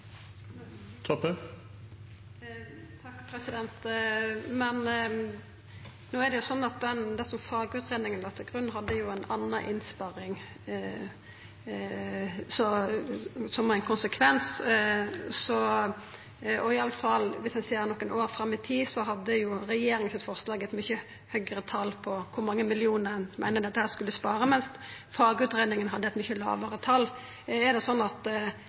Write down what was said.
Men no er det jo sånn at det som fagutgreiinga la til grunn, hadde ei anna innsparing som ein konsekvens, og iallfall viss ein ser nokre år fram i tid, hadde forslaget frå regjeringa eit mykje høgare tal på kor mange millionar ein meinte ein skulle spara på dette, mens fagutgreiinga hadde eit mykje lågare tal. Er det sånn at